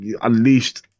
unleashed